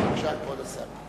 בבקשה, כבוד השר.